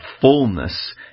fullness